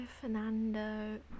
Fernando